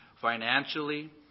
financially